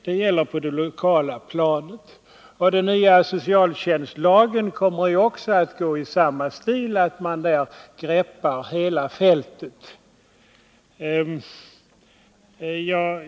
Det samarbetet gäller det lokala planet. Den nya socialtjänstlagen kommer också att gå i samma stil, att man greppar hela fältet.